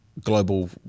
global